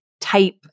type